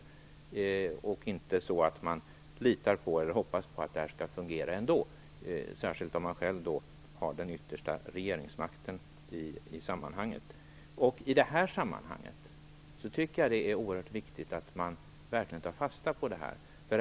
Det skall inte vara så att man litar eller hoppas på att det här skall fungera ändå, särskilt om man själv har det yttersta regeringsansvaret. I det här sammanhanget är det oerhört viktigt att man verkligen tar fasta på detta.